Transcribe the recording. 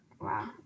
wow